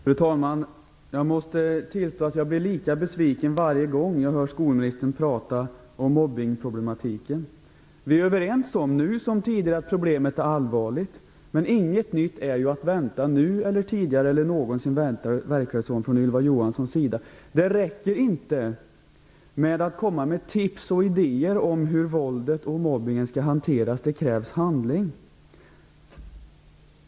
Fru talman! Jag måste tillstå att jag blir lika besviken varje gång som jag hör skolministern prata om mobbningsproblematiken. Vi är nu som tidigare överens om att problemet är allvarligt, men det verkar inte som om något nytt är att vänta, nu eller någonsin, från Ylva Johansson. Det räcker inte att komma med tips och idéer om hur våldet och mobbningen skall hanteras, utan det krävs handling.